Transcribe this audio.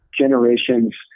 generations